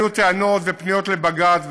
היו טענות ופניות לבג"ץ,